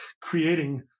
creating